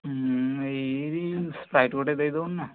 ହୁଁ ଏଇରେ ସ୍ପ୍ରାଇଟ୍ ଗୋଟିଏ ଦେଇଦେଉନ ନା